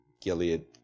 Gilead